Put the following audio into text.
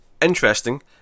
interesting